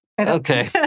Okay